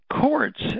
courts